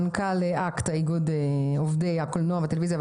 אתה מנכ"ל אקט, איגוד עובדי הקולנוע והטלוויזיה.